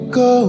go